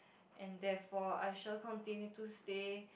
and therefore I shall continue to stay